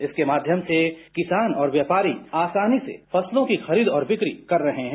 इसके माध्यम से किसान और व्यापारी आसानी से फसलों की खरीद और बिक्री कर रहे हैं